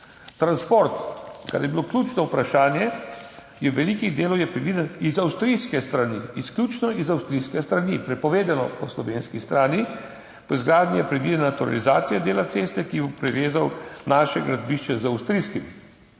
Transport, kar je bilo ključno vprašanje. Z veliko delov je predviden z avstrijske strani, izključno z avstrijske strani, prepovedano po slovenski strani. Po izgradnji je predvidena naturalizacija dela ceste, ki bo povezal naše gradbišče z avstrijskim.